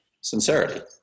sincerity